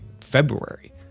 February